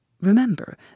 Remember